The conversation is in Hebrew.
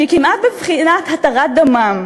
שהיא כמעט בבחינת התרת דמם.